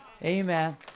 Amen